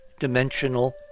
Dimensional